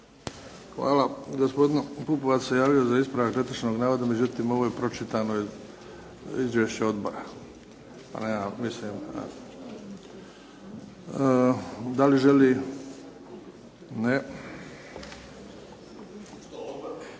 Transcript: Hvala. Gospodin Pupovac se javio za ispravak netočnog navoda, međutim ovo je pročitano izvješće odbora pa nema, mislim. Da li želi? Ne. U ime